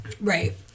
right